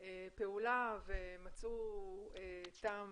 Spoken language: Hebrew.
פעולה ומצאו טעם